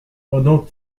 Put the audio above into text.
pendant